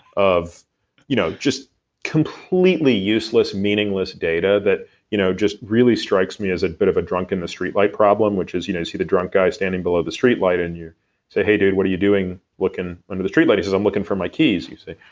of you know just completely useless meaningless data that you know just really strikes me as a bit of a drunk in the streetlight problem, which is, you know, you see the drunk guy standing below the streetlight and you say, hey dude. what are you doing looking under the streetlight? he says, i'm looking for my keys. you say,